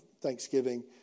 thanksgiving